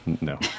No